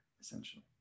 essentially